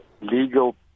legal